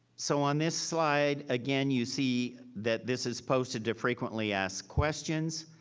so on this slide again, you see that this is posted to frequently asked questions,